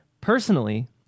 Personally